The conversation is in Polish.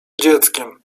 dzieckiem